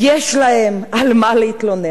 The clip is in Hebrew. יש להן על מה להתלונן,